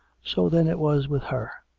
so, then, it was with her.